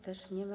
Też nie ma.